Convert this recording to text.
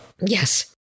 yes